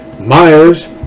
Myers